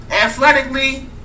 athletically